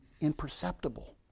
imperceptible